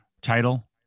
title